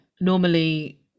normally